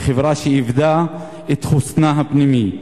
היא חברה שאיבדה את חוסנה הפנימי,